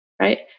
right